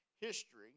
history